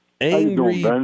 Angry